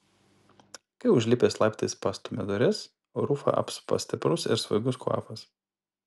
kai užlipęs laiptais pastumia duris rufą apsupa stiprus ir svaigus kvapas